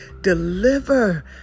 deliver